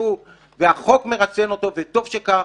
החוק מרסן אותו, וטוב שכך,